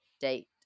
date